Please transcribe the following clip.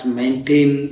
maintain